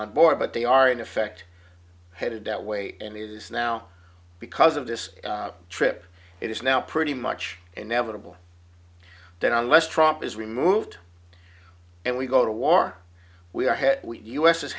on board but they are in effect headed that way and it is now because of this trip it is now pretty much inevitable that unless trump is removed and we go to war we are